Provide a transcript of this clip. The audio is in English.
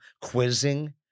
Quizzing